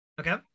Okay